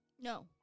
No